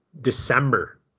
December